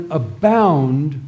abound